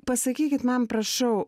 pasakykit man prašau